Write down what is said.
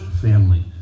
family